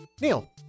Neil